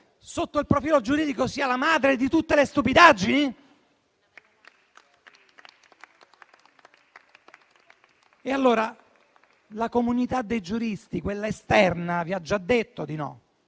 sotto il profilo giuridico, sia la madre di tutte le stupidaggini? E allora la comunità dei giuristi, quella esterna, vi ha già detto di no.